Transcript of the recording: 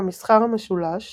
המסחר המשולש